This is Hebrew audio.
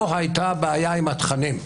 לא הייתה בעיה עם התכנים.